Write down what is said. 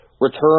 return